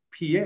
pa